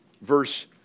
verse